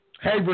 Hey